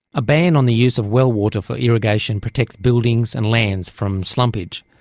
a ban on the use of well water for irrigation protects buildings and lands from slumpage,